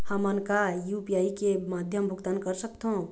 हमन का यू.पी.आई के माध्यम भुगतान कर सकथों?